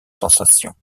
sensations